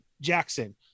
jackson